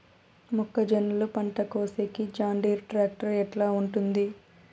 మొక్కజొన్నలు పంట కోసేకి జాన్డీర్ టాక్టర్ ఎట్లా ఉంటుంది?